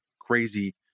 crazy